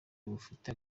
bufite